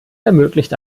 ermöglicht